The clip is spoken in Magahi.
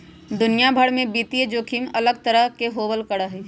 दुनिया भर में वित्तीय जोखिम अलग तरह के होबल करा हई